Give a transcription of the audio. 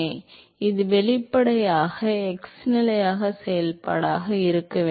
எனவே இது வெளிப்படையாக x நிலையின் செயல்பாடாக இருக்க வேண்டும்